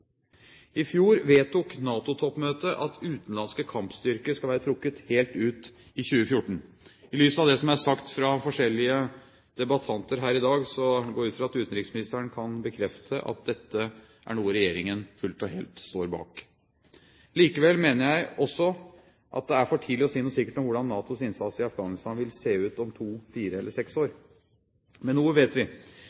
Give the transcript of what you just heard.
I fjor vedtok NATO-toppmøtet at utenlandske kampstyrker skal være trukket helt ut i 2014. I lys av det som er sagt av forskjellige debattanter her i dag, går jeg ut fra at utenriksministeren kan bekrefte at dette er noe regjeringen fullt og helt står bak. Likevel mener jeg også at det «er for tidlig å si noe sikkert om hvordan NATOs innsats i Afghanistan vil se ut om to, fire eller seks år».